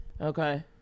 Okay